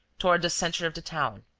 toward the centre of the town.